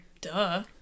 Duh